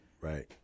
right